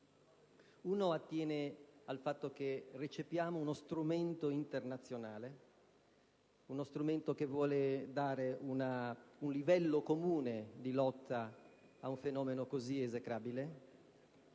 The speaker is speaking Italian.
primo attiene al fatto che si recepisce uno strumento internazionale, uno strumento che vuole sancire un livello comune di lotta ad un fenomeno così esecrabile